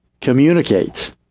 Communicate